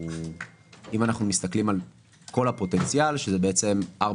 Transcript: כלומר יודעים כמה חתולים היו להם ב-2021 וכמה יהיו